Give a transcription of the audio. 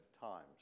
times